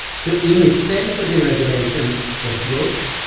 so in itself a deregulation was good.